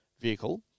vehicle